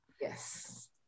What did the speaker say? yes